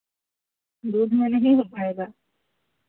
दूध में नहीं हो पाएगा